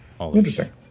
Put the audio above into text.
interesting